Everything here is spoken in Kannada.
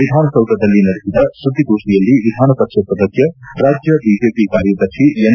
ವಿಧಾನಸೌಧದಲ್ಲಿ ನಡೆಸಿದ ಸುದ್ದಿಗೋಷ್ಠಿಯಲ್ಲಿ ವಿಧಾನಪರಿಷತ್ ಸದಸ್ಯ ರಾಜ್ಯ ಬಿಜೆಪಿ ಕಾರ್ಯದರ್ಶಿ ಎನ್